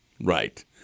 Right